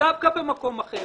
דווקא במקום אחר.